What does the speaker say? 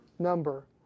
Number